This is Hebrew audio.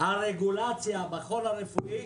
השקעות ברכבת הבנתי,